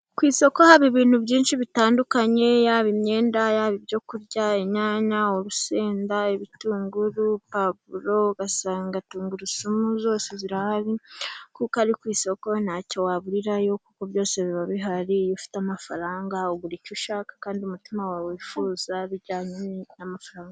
Ku isoko haba ibintu byinshi bitandukanye, yaba imyenda, yaba ibyo kurya, inyanya, urusenda, ibitungurupapuro, ugasanga tungurusumu zose zirahari, kuko uri ku isoko ntacyo waburirayo, kuko byose biba bihari. Iyo ufite amafaranga ugura icyo ushaka, kandi umutima wawe wifuza bijyanye n'amafaranga.